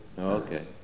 okay